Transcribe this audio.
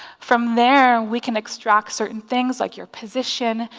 from there we can extract certain things like your position,